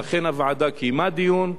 ואכן הוועדה קיימה דיון,